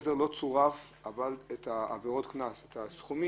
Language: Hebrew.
רק לא צורפו לו הסכומים.